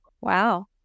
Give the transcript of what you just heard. Wow